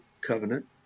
covenant